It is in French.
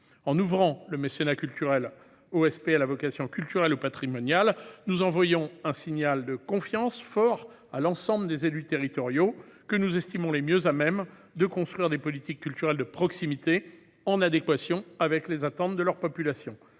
En ouvrant le mécénat culturel aux SPL à vocation culturelle ou patrimoniale, nous envoyons un signal de confiance fort à l'ensemble des élus territoriaux, qui nous semblent être les mieux à même de construire des politiques culturelles de proximité répondant aux attentes de leurs concitoyens.